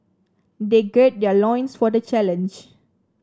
they gird their loins for the challenge